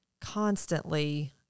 constantly